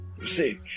see